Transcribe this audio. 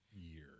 year